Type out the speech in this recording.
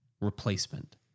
replacement